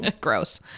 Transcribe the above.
Gross